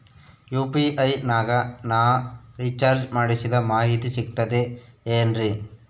UPI ನಾಗ ನಾ recharge ಮಾಡಿಸಿದ ಮಾಹಿತಿ ಸಿಕ್ತದೆ ಏನ್ರಿ?